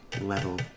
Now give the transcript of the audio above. level